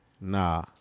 Nah